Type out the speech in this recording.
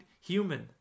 human